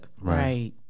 Right